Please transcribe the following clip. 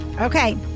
Okay